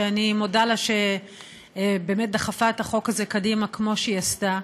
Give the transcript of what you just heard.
שאני מודה לה שבאמת דחפה את החוק הזה קדימה כמו שהיא עשתה,